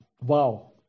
wow